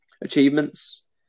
achievements